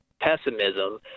pessimism